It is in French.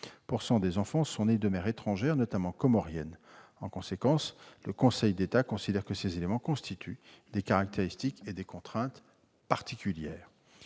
74 % des enfants sont nés de mère étrangère, le plus souvent comorienne. Le Conseil d'État considère que ces éléments constituent des caractéristiques et des contraintes particulières.